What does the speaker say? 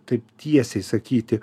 taip tiesiai sakyti